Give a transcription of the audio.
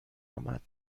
آمد